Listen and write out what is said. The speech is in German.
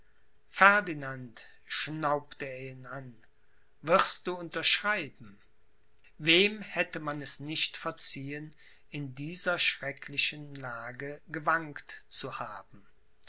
ferdinand schnaubte er ihn an wirst du unterschreiben wem hätte man es nicht verziehen in dieser schrecklichen lage gewankt zu haben